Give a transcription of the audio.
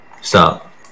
Stop